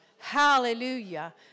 Hallelujah